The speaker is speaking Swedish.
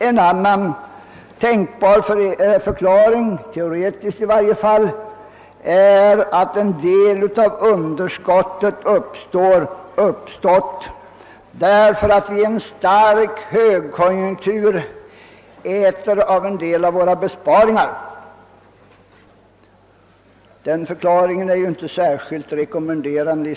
En annan tänkbar förklaring — teoretiskt i varje fall — är att en del av underskottet uppstått därför att vi i en stark konjunktur äter av våra besparingar. Den förklaringen är inte särskilt rekommenderande.